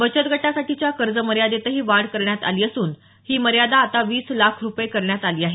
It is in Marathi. बचत गटासाठीच्या कर्ज मर्यादेतही वाढ करण्यात आली असून ही मर्यादा आता वीस लाख रूपये करण्यात आली आहे